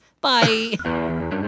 Bye